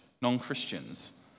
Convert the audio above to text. non-Christians